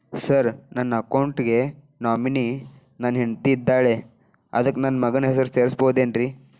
Sir ನನ್ನ account ಗೆ nominee ನನ್ನ ಹೆಂಡ್ತಿ ಇದ್ದಾಳ ಅದಕ್ಕ ನನ್ನ ಮಗನ ಹೆಸರು ಸೇರಸಬಹುದೇನ್ರಿ?